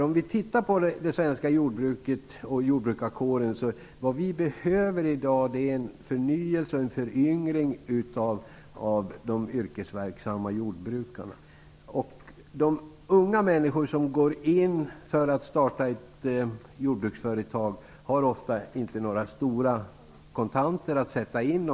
Om vi tittar på det svenska jordbruket och jordbrukarkåren ser vi att vad vi behöver i dag är en förnyelse och en föryngring av de yrkesverksamma jordbrukarna. De unga människor som går in för att starta ett jordbruksföretag har ofta inte några stora kontanta medel att sätta in i det.